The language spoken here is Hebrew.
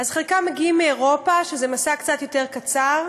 חלקם מגיעים מאירופה, שזה מסע קצת יותר קצר,